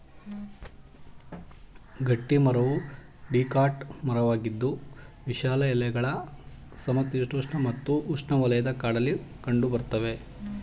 ಗಟ್ಟಿಮರವು ಡಿಕಾಟ್ ಮರವಾಗಿದ್ದು ವಿಶಾಲ ಎಲೆಗಳ ಸಮಶೀತೋಷ್ಣ ಮತ್ತು ಉಷ್ಣವಲಯದ ಕಾಡಲ್ಲಿ ಕಂಡುಬರ್ತವೆ